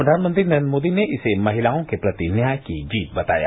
प्रधानमंत्री नरेन्द्र मोदी ने इसे महिलाओं के प्रति न्याय की जीत बताया